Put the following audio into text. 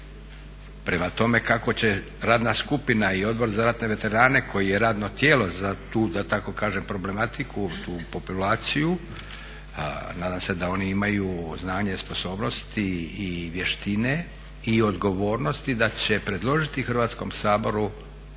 Prema tome, kako će radna skupina i Odbor za ratne veterane koji je radno tijelo za tu da tako kažem problematiku, tu populaciju, nadam se da oni imaju znanje, sposobnost i vještine i odgovornosti da će predložiti Hrvatskom saboru